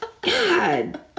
God